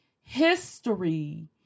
history